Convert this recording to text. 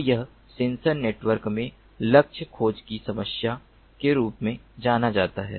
तो यह sensor network में लक्ष्य खोज की समस्या के रूप में जाना जाता है